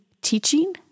teaching